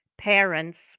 parents